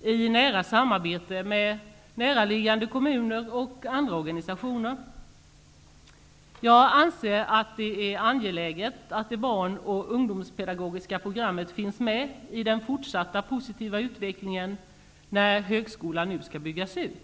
i nära samarbete med näraliggande kommuner och olika organisationer. Jag anser att det är angeläget att det barn och ungdomspedagogiska programmet finns med i den fortsatta positiva utvecklingen när högskolan nu byggs ut.